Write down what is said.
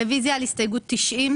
תושב ישראל, נמחק.